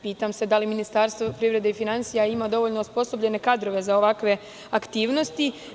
Pitam se da li Ministarstvo privrede i finansija ima dovoljno osposobljene kadrove za ovakve aktivnosti?